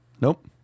nope